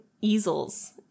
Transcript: easels